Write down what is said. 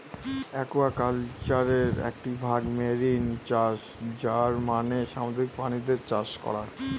একুয়াকালচারের একটি ভাগ মেরিন চাষ যার মানে সামুদ্রিক প্রাণীদের চাষ করা